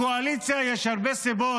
לקואליציה יש הרבה סיבות,